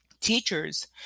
teachers